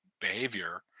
behavior